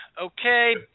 okay